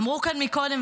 אמרו כאן קודם,